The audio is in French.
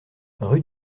rue